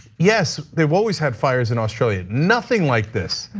yes, they've always had fires in australia. nothing like this,